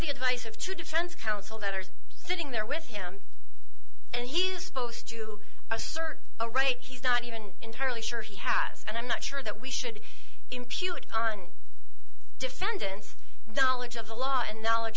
the advice of two defense counsel that are sitting there with him and he's supposed to assert a right he's not even entirely sure he has and i'm not sure that we should impute on defendants the knowledge of the law and knowledge